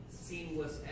seamless